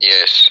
Yes